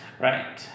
Right